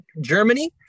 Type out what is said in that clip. Germany